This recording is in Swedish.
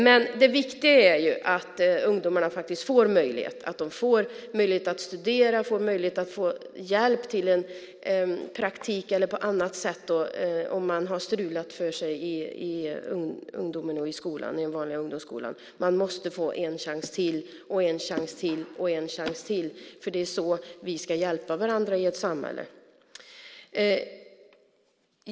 Men det viktiga är att ungdomarna faktiskt får möjlighet att studera eller får hjälp till praktik eller annat om de har strulat till det för sig i ungdomen och i skolan, i den vanliga ungdomsskolan. Man måste få en chans till och en chans till och en chans till, för det är så vi ska hjälpa varandra i samhället.